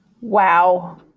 Wow